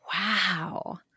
Wow